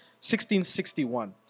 1661